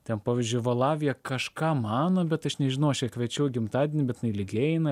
ten pavyzdžiui va lavija kažką mano bet tai aš nežinau aš ją kviečiau į gimtadienį bet jinai lyg eina